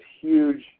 huge